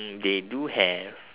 mm they do have